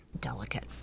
delicate